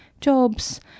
jobs